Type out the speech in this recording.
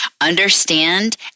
understand